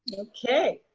okay,